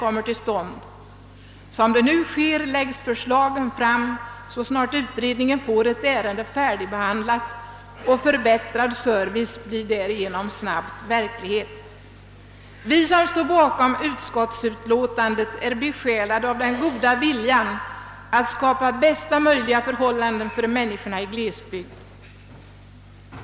Som förhållandet nu är läggs förslag fram så snart ovannämnda arbetsgrupp får ett ärende färdigbehandlat, och förbättrad service blir därigenom snabbt verklighet. Vi som står bakom utskottsförslaget är besjälade av den goda viljan att skapa bästa möjliga förhållanden för människorna i glesbygd.